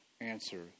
answer